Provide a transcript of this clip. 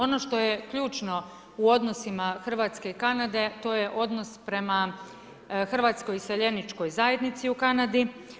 Ono što je ključno u odnosima Hrvatske i Kanade to je odnos prema Hrvatskoj iseljeničkoj zajednici u Kanadi.